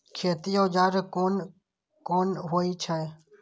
खेती औजार कोन कोन होई छै?